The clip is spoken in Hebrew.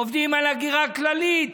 עובדים על הגירה כללית